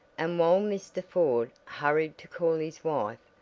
and while mr. ford hurried to call his wife,